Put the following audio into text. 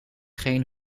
geen